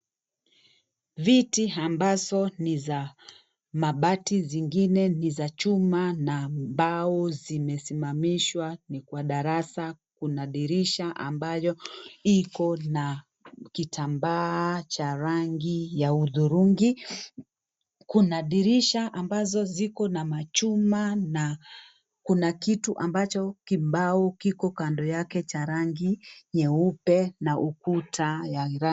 Viti ambazo ni za mabati zingine ni za chuma na mbao zimesimamishewa ni kwa darasa kuna dirisha ambayo iko na kitambaa cha rangi ya udhurungi ,kuna dirisha ambazo ziko na machuma na kuna kitu ambacho kibao kiko kando yake cha rangi nyeupe na ukuta ni rangi.